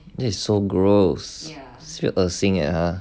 that's so gross sibeh 恶心 leh 他